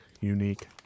Unique